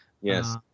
Yes